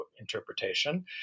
interpretation